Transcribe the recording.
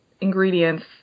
ingredients